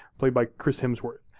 played by chris hemsworth.